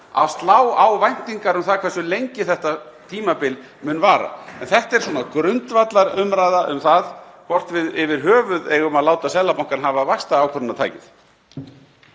að slá á væntingar um það hversu lengi þetta tímabil mun vara. En þetta er grundvallarumræða um það hvort við eigum yfir höfuð að láta Seðlabankann hafa vaxtaákvörðunartækið.